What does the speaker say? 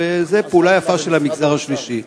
וזאת פעולה יפה של המגזר השלישי.